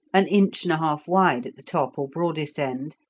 an inch and a half wide at the top or broadest end,